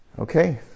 Okay